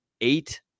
eight